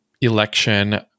election